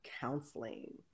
counseling